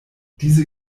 diese